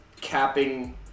capping